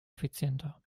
effizienter